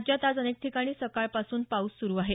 राज्यात आज अनेक ठिकाणी सकाळपासून पाऊस सुरु आहे